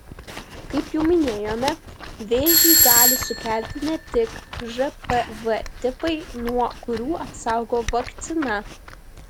kaip jau minėjome vėžį gali sukelti ne tik žpv tipai nuo kurių apsaugo vakcina